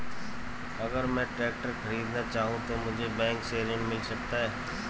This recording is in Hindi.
अगर मैं ट्रैक्टर खरीदना चाहूं तो मुझे बैंक से ऋण मिल सकता है?